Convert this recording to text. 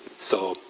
so,